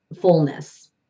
fullness